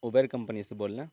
Uber company سے بول رہیں